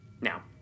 Now